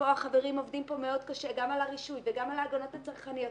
כאן החברים עובדים מאוד קשה גם על הרישוי וגם על ההגנות הצרכניות.